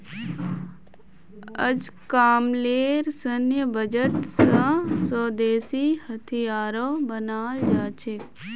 अजकामलेर सैन्य बजट स स्वदेशी हथियारो बनाल जा छेक